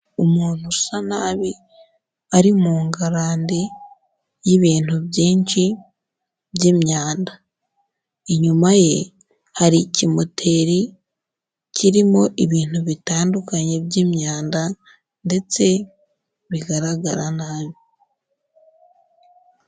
Umuntu usa nabi ari mu ngarani y'ibintu byinshi by'imyanda, inyuma ye hari ikimoteri kirimo ibintu bitandukanye by'imyanda ndetse bigaragara nabi.